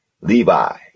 Levi